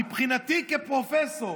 מבחינתי, כפרופסור